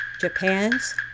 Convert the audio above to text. Japan's